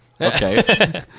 Okay